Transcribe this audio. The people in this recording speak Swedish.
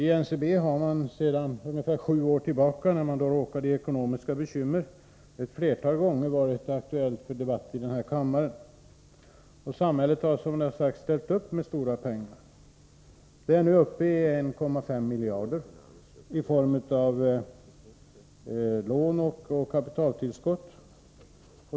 NCB har sedan ungefär sju år tillbaka — då man råkade i ekonomiska bekymmer — ett flertal gånger varit föremål för debatt i den här kammaren. Samhället har som här sagts ställt upp med stora pengar. Totalt uppgår statens satsning till 1,5 miljarder kronor i form av lån och kapitaltillskott.